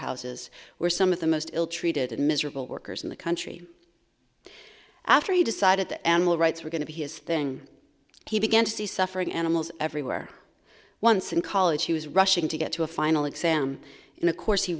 houses were some of the most ill treated and miserable workers in the country after he decided that animal rights were going to be his thing he began to see suffering animals everywhere once in college he was rushing to get to a final exam and of course he